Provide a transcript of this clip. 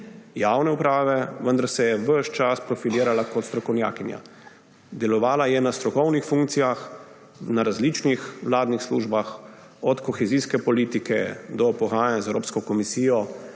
javne uprave, vendar se je ves čas profilirala kot strokovnjakinja. Delovala je na strokovnih funkcijah, na različnih vladnih službah, od kohezijske politike do pogajanj z Evropsko komisijo